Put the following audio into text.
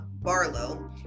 Barlow